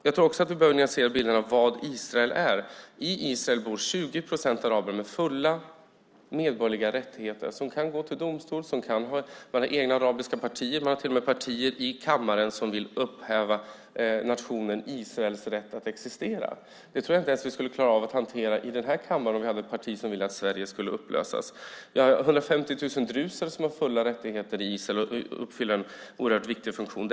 Jag tror också att vi behöver nyansera bilden av vad Israel är. I Israel bor 20 procent araber med fulla medborgerliga rättigheter som kan gå till domstol, som kan ha egna arabiska partier. Man har till och med partier i kammaren som vill upphäva nationen Israels rätt att existera. Det tror jag inte ens att vi skulle klara av att hantera i den här kammaren om det fanns ett parti som ville att Sverige ska upplösas. Det finns 150 000 druser med fulla rättigheter i Israel, och de uppfyller en oerhört viktig funktion.